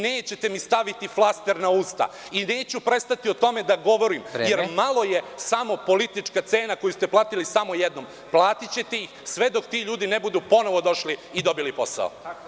Nećete mi staviti flaster na usta i neću prestati o tome da govorim, jer malo je samo politička cena koju ste platili samo jednom, platićete sve dok ti ljudi ne budu ponovo došli i dobili posao.